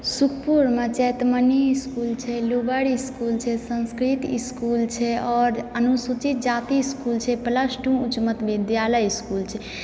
सुखपुर मे चैतमनी इसकुल छै lower school छै संस्कृत इसकुल छै और अनुसूचित जाति इसकुल छै प्लस टू उच्च मध्य विद्यालय इसकुल छै